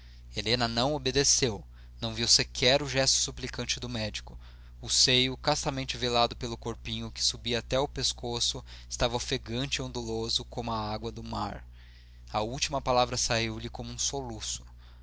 helena não obedeceu não viu sequer o gesto suplicante do médico o seio castamente velado pelo corpinho que subia até ao pescoço estava ofegante e onduloso como a água do mar a última palavra saiu-lhe como um soluço